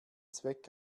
zweck